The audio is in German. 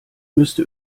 müsste